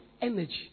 energy